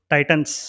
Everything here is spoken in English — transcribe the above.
Titans